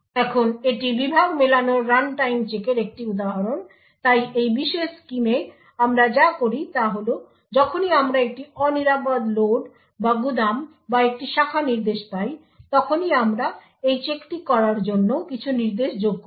এখন এটি বিভাগ মেলানোর রানটাইম চেকের একটি উদাহরণ তাই এই বিশেষ স্কিমে আমরা যা করি তা হল যখনই আমরা একটি অনিরাপদ লোড বা গুদাম বা একটি শাখা নির্দেশ পাই তখনই আমরা এই চেকটি করার জন্য কিছু নির্দেশ যোগ করি